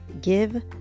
give